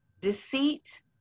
Deceit